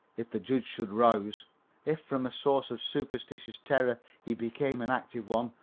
if the judge should rouse if from a source of superstitious terror he became an active one,